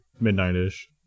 midnight-ish